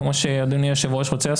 כמו שאדוני היושב-ראש רוצה,